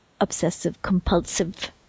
obsessive-compulsive